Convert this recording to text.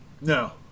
no